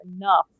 enough